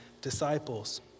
disciples